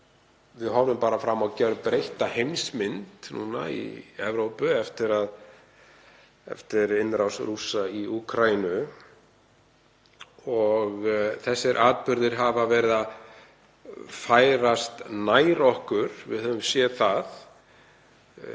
Við horfum fram á gjörbreytta heimsmynd í Evrópu eftir innrás Rússa í Úkraínu og þeir atburðir hafa verið að færast nær okkur, við höfum séð það.